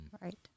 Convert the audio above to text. Right